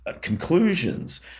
conclusions